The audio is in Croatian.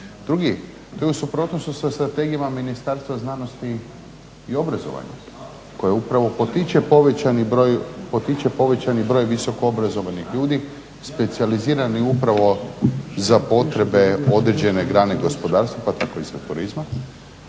Drugi to je u suprotnosti sa strategijama Ministarstva znanosti i obrazovanja koja upravo potiče povećani broj visokoobrazovanih ljudi specijaliziranih upravo za potrebe određene grane gospodarstva pa tako i turizma.